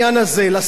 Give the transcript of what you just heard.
לשים לו סוף.